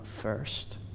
first